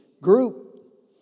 group